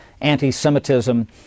anti-Semitism